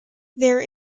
there